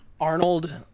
Arnold